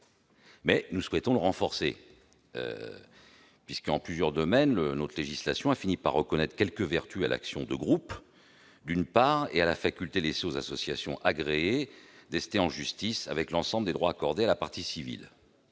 mais nous souhaitons le renforcer. Dans plusieurs domaines, le législateur a fini par reconnaître quelques vertus à l'action de groupe et a autorisé les associations agréées à ester en justice, avec l'ensemble des droits accordés à la partie civile.